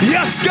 Yes